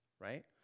right